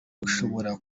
ushobora